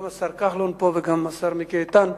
גם השר כחלון פה וגם השר מיקי איתן,